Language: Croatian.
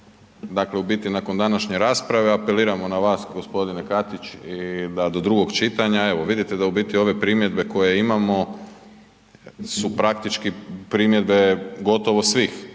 dakle u biti nakon današnje rasprave apeliramo na vas g. Katić da drugog čitanja, evo vidite da u biti ove primjedbe koje imamo su praktički primjedbe gotovo svih